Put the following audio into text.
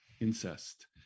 incest